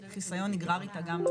כי חסיון נגרר איתה גם?